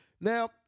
Now